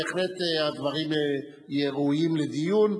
בהחלט הדברים ראויים לדיון.